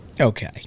Okay